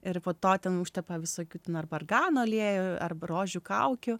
ir po to ten užtepa visokių ten ar argano aliejų arba rožių kaukių